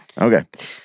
Okay